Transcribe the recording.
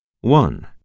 One